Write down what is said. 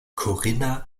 corinna